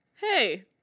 Hey